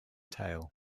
tail